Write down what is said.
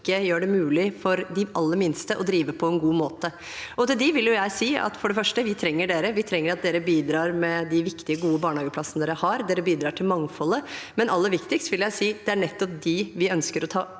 for de aller minste å drive på en god måte. Til dem vil jeg si: For det første trenger vi dere, vi trenger at dere bidrar med de viktige, gode barnehageplassene dere har – dere bidrar til mangfoldet. Det aller viktigste jeg vil si, er at det nettopp er dem vi ønsker å ta